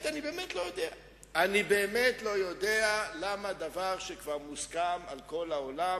מתוך הכתבה: אני מעדיף להכניס את הכסף לכיסים של אזרחי ישראל.